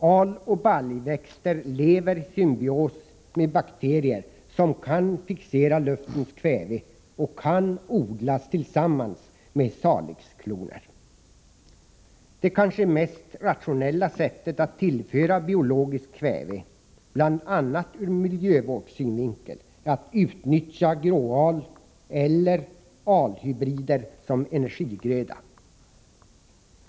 Al och baljväxter lever i symbios med bakterier som kan fixera luftens kväve och kan odlas tillsammans med Salix-kloner. Det kanske mest rationella sättet att tillföra biologiskt kväve, bl.a. ur miljövårdssynvinkel, är att utnyttja gråal eller alhybrider som energigröda.